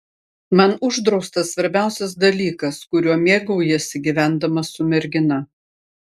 man uždraustas svarbiausias dalykas kuriuo mėgaujiesi gyvendamas su mergina